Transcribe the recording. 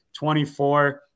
24